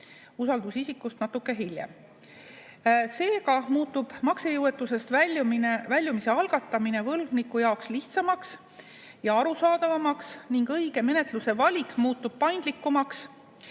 Usaldusisikust natuke hiljem. Üldiselt muutub maksejõuetusest väljumise algatamine võlgniku jaoks lihtsamaks ja arusaadavamaks ning õige menetluse valik muutub paindlikumaks